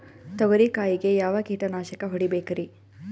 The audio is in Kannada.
ತೊಗರಿ ಕಾಯಿಗೆ ಯಾವ ಕೀಟನಾಶಕ ಹೊಡಿಬೇಕರಿ?